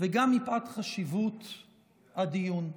וגם מפאת חשיבות הדיון.